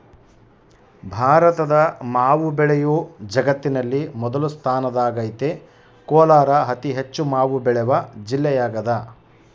ಭಾರತದ ಮಾವು ಬೆಳೆಯು ಜಗತ್ತಿನಲ್ಲಿ ಮೊದಲ ಸ್ಥಾನದಾಗೈತೆ ಕೋಲಾರ ಅತಿಹೆಚ್ಚು ಮಾವು ಬೆಳೆವ ಜಿಲ್ಲೆಯಾಗದ